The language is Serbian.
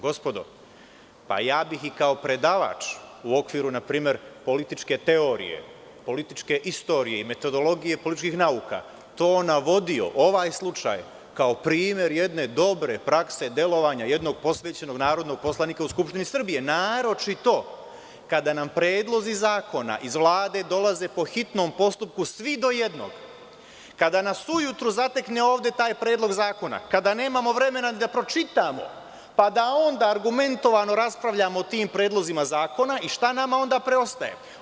Gospodo, pa ja bih i kao predavač u okviru, na primer, političke teorije, političke istorije i metodologije i političkih nauka to navodio, ovaj slučaj kao primer jedne dobre prakse delovanja jednog posvećenog narodnog poslanika u Skupštini Srbije, naročito kada nam predlozi zakona iz Vlade dolaze po hitnom postupku, svi do jednog, kada nas ujutru zatekne taj predlog zakona, kada nemamo vremena ni da pročitamo, pa da onda argumentovano raspravljamo o tim predlozima zakona i šta nama onda preostaje?